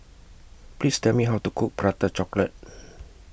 Please Tell Me How to Cook Prata Chocolate